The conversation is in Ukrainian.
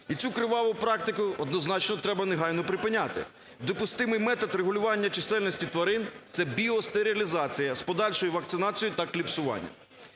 І цю криваву практику однозначно треба негайно припиняти. Допустимий метод регулювання чисельності тварин - це біостерелізація з подальшою вакцинацією та кліпсування.